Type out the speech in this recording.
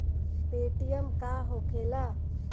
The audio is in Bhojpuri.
पेटीएम का होखेला?